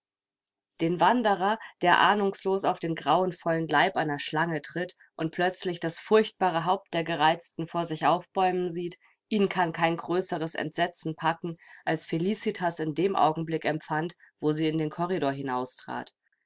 den wanderer der ahnungslos auf den grauenvollen leib einer schlange tritt und plötzlich das furchtbare haupt der gereizten vor sich aufbäumen sieht ihn kann kein größeres entsetzen packen als felicitas in dem augenblick empfand wo sie in den korridor